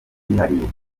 yihariye